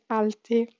alti